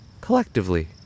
Collectively